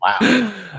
Wow